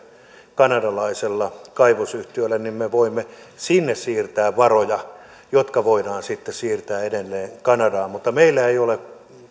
kanadalaisella kaivosyhtiöllä niin me voimme sinne siirtää varoja jotka voidaan sitten siirtää edelleen kanadaan mutta meillä ei ole